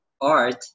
art